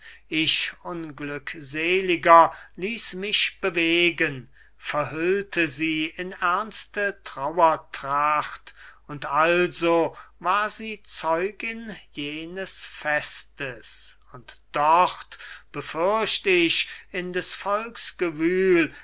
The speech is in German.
ich unglückseliger ließ mich bewegen verhüllte sie in ernste trauertracht und also war sie zeugin jenes festes und dort befürcht ich in des volks gewühl